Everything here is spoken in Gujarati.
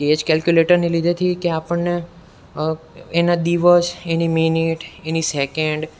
કે એજ કેલ્કયુલેટરને લીધેથી કે આપણને એના દિવસ એની મિનિટ એની સેકેન્ડ